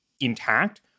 intact